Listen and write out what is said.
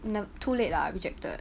too late lah rejected